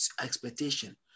Expectation